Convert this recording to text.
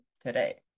today